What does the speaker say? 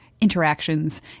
interactions